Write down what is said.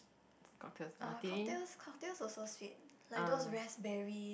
cocktails martini ah